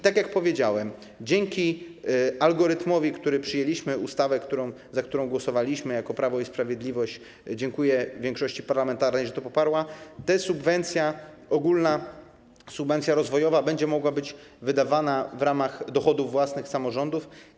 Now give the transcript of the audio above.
Tak jak powiedziałem, dzięki algorytmowi, który przyjęliśmy w ustawie, za którą głosowaliśmy jako Prawo i Sprawiedliwość - dziękuję większości parlamentarnej, że to poparła - ta ogólna subwencja rozwojowa będzie mogła być wydawana w ramach dochodów własnych samorządów.